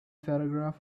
paragraph